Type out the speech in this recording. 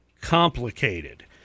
complicated